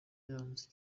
yanze